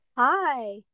Hi